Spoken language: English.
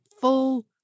full